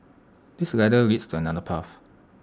this ladder leads to another path